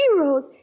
heroes